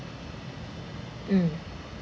mm